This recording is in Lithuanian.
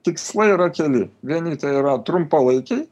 tikslai yra keli vieni tai yra trumpalaikiai